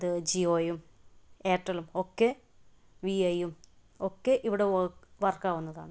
അത് ജിയോയും ഏയർട്ടലും ഒക്കെ വി ഐ യും ഒക്കെ ഇവിടെ വർക്ക് വർക്കാവുന്നതാണ്